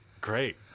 Great